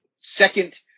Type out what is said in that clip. second